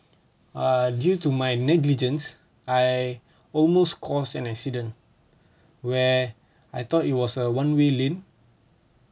err due to my negligence I almost caused an accident where I thought it was a one way lane